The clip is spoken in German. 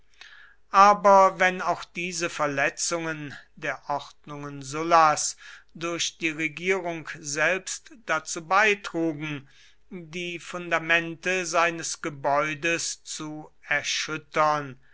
aber wenn auch diese verletzungen der ordnungen sullas durch die regierung selbst dazu beitrugen die fundamente seines gebäudes zu erschüttern